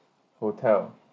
hotel